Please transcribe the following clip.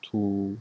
to